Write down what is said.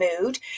mood